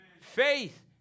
Faith